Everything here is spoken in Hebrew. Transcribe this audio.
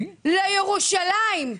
לירושלים.